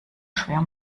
schwer